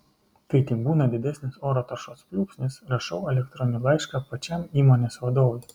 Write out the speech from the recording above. kai tik būna didesnis oro taršos pliūpsnis rašau elektroninį laišką pačiam įmonės vadovui